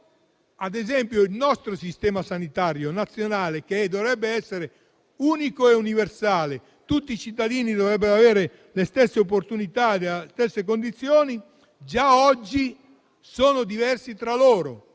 Ad esempio, il nostro Sistema sanitario nazionale dovrebbe essere unico e universale, nel senso che tutti i cittadini dovrebbero avere le stesse opportunità e le medesimi condizioni, ma già oggi sono diversi tra loro,